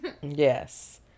Yes